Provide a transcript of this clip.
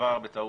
סבר בטעות,